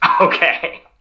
Okay